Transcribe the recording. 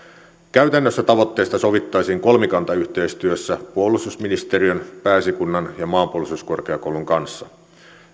käytännössä tavoitteista sovittaisiin kolmikantayhteistyössä puolustusministeriön pääesikunnan ja maanpuolustuskorkeakoulun kanssa